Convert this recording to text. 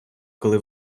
коли